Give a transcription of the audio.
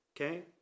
okay